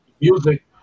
music